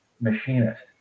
machinist